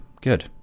good